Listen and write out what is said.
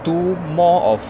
do more of